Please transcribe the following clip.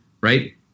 Right